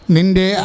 Ninde